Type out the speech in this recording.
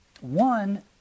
One